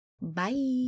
Bye